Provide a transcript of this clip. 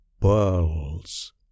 pearls